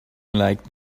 like